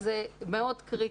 זה מאוד קריטי.